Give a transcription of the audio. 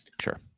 Sure